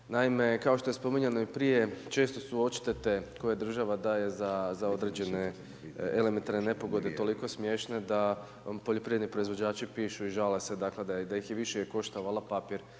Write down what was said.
Naime, kao što je i spominjao i prije, često su odštete, koje država daje za određene elementarne nepogode, toliko smiješne, da poljoprivredni proizvođači, pišu i žele se da ih je više koštalo olav papir,